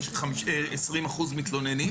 20% מתלוננים.